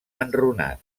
enrunat